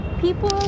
people